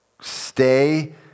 stay